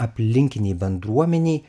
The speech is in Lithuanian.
aplinkinei bendruomenei